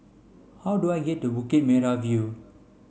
how do I get to Bukit Merah View